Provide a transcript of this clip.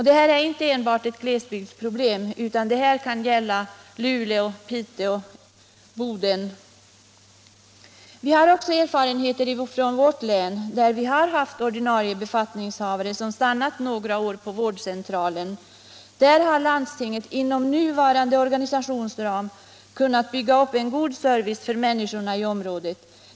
Detta är inte enbart ett glesbygdsproblem, utan det kan även gälla Luleå, Piteå och Boden. Erfarenheter från mitt hemlän visar att det har funnits ordinarie befattningshavare som stannat några år på en vårdcentral. Där har landstinget inom nuvarande organisationsram kunnat bygga upp en god service för människorna i området.